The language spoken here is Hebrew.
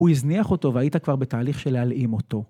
הוא הזניח אותו והיית כבר בתהליך של להלאים אותו.